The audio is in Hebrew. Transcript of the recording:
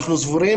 אנו סבורים,